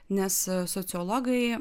nes sociologai